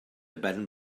ben